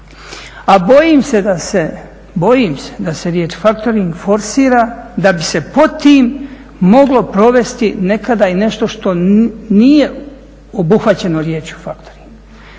A bojim se da se riječ faktoring forsira da bi se pod tim moglo provesti nekada i nešto što nije obuhvaćeno riječju faktoring.